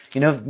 you know,